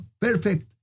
Perfect